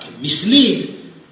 mislead